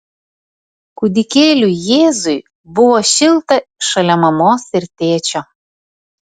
kūdikėliui jėzui buvo šilta šalia mamos ir tėčio